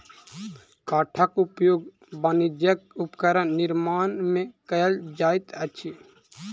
काठक उपयोग वाणिज्यक उपकरण निर्माण में कयल जाइत अछि